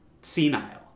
senile